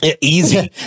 Easy